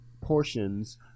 portions